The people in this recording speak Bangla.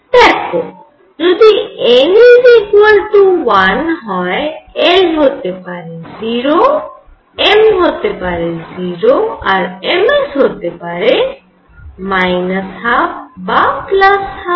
দেখো যদি n 1 হয় l হতে পারে 0 m হতে পারে 0 আর ms হতে পারে 12 বা 12